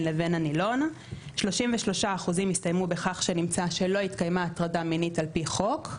לבין הנילון; 33% הסתיימו בכך שנמצא שלא התקיימה הטרדה מינית לפי החוק,